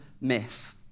myth